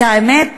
האמת,